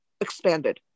expanded